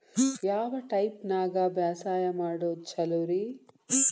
ಯಾವ ಟೈಪ್ ನ್ಯಾಗ ಬ್ಯಾಸಾಯಾ ಮಾಡೊದ್ ಛಲೋರಿ?